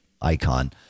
icon